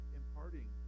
imparting